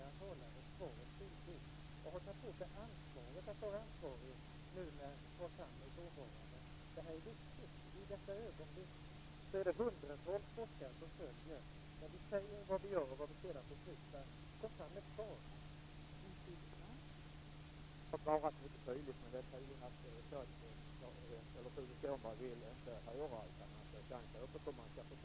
I några stiftelseförordnanden står det redan i dag - och det är viktigt att slå fast - att man får utnyttja kapitalet. Avsikten är då att dessa stiftelser skall upphöra om 10-15 år. Det finns alltså olika modeller. En del stiftelser får förbruka både avkastning och kapital. I andra fall handlar det om att man bara får använda avkastningen. Lagstiftningen påverkar inte detta.